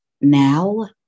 now